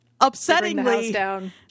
Upsettingly